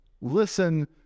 Listen